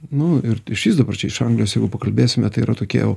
nu ir išvis dabar čia iš anglijos jeigu pakalbėsime tai yra tokie jau